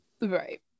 Right